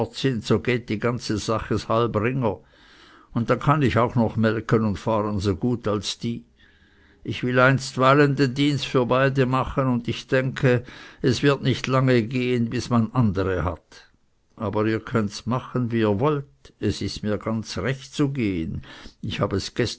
so geht die ganze sache ds halb ringer und dann kann ich auch noch melken und fahren so gut als die ich will einstweilen den dienst für beide machen und ich denke es wird nicht lange gehen bis man andere hat aber ihr könnts machen wie ihr wollt es ist mir ganz recht zu gehen ich habe es